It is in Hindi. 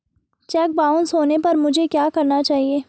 चेक बाउंस होने पर मुझे क्या करना चाहिए?